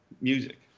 music